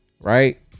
Right